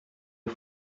are